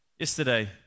Yesterday